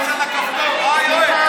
מנסור עבאס לחץ על הכפתור, אה, יואל?